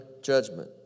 judgment